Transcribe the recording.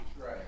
Right